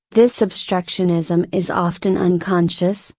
this obstructionism is often unconscious,